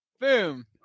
Boom